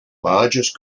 largest